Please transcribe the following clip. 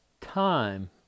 time